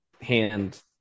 hand